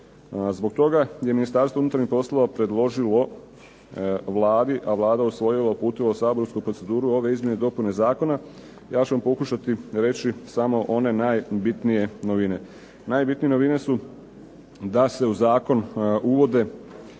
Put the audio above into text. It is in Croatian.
Zbog toga je Ministarstvo unutarnjih poslova predložilo Vladi a Vlada usvojila i uputila u Saborsku proceduru ove izmjene i dopune Zakona, ja ću vam pokušati reći samo one najbitnije novine. Najbitnije novine su da se u Zakonu uvodu